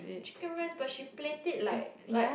chicken rice but she plate it like like